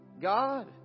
God